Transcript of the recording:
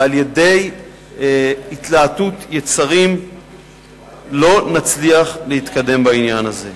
ועל-ידי התלהטות יצרים לא נצליח להתקדם בעניין הזה.